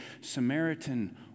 Samaritan